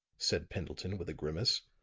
said pendleton with a grimace.